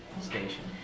station